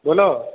બોલો